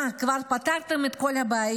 מה, כבר פתרתם את כל הבעיות